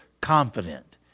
confident